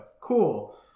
Cool